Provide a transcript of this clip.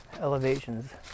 elevations